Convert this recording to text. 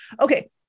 okay